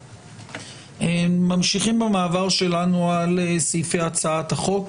אנו ממשיכים במעבר שלנו על סעיפי הצעת החוק.